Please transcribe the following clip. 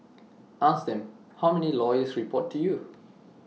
ask them how many lawyers report to you